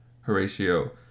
Horatio